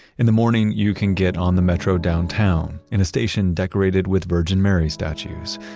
in the morning, you can get on the metro downtown, in a station decorated with virgin mary statues.